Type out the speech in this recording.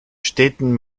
städten